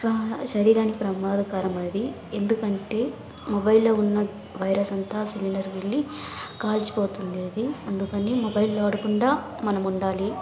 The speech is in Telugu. శరీరానికి ప్రమాదకరమది ఎందుకంటే మొబైల్లో ఉన్న వైరస్ అంతా సిలిండర్ వెళ్లి కాల్చిపోతుండేది అందుకని మొబైల్ వాడకుండా మనం ఉండాలి